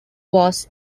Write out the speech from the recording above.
was